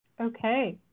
okay